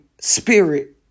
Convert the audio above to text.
spirit